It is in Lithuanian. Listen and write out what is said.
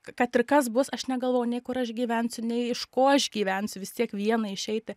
kad ir kas bus aš negalvoju nei kur aš gyvensiu nei iš ko aš gyvensiu vis tiek vienai išeiti